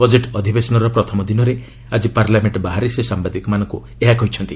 budget ଅଧିବେଶନର ପ୍ରଥମ ଦିନରେ ଆଜି ପାର୍ଲାମେଣ୍ଟ ବାହାରେ ସେ ସାମ୍ଭାଦିକମାନଙ୍କୁ ଏହା କହିଛନ୍ତି